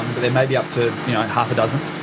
um but there may be up to you know half a dozen.